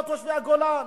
לא תושבי הגולן,